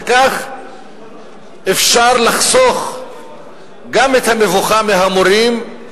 וכך אפשר לחסוך גם את המבוכה מהמורים,